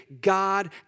God